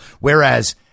Whereas